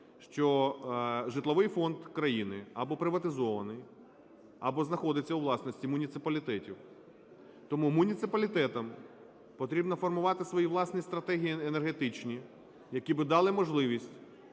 що житловий фонд країни або приватизований, або знаходиться у власності муніципалітетів. Тому муніципалітетам потрібно формувати свої власні стратегії енергетичні, які би дали можливість